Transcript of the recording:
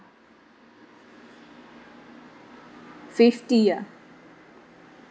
fifty ah